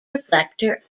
reflector